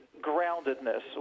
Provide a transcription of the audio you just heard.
groundedness